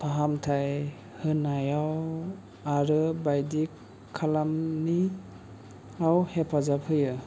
फाहामथाय होनायाव आरो बायदि खामानियाव हेफाजाब होयो